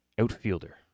outfielder